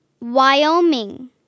Wyoming